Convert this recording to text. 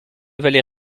valait